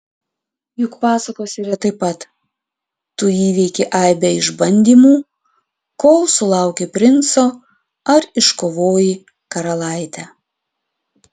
juk pasakose yra taip pat tu įveiki aibę išbandymų kol sulauki princo ar iškovoji karalaitę